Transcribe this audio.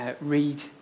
read